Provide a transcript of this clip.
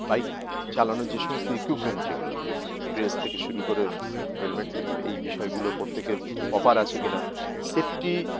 bike চালানো যে সমস্ত ইকুইপমেন্ট যেগুলো ড্রেস থেকে শুরু করে হেলমেট থেকে এই বিষয়গুলো প্রত্যেকের প্রপার আছে কি না সেফটি